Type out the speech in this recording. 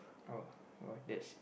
oh oh that's